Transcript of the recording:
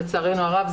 לצערנו הרב,